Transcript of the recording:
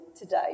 today